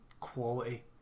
quality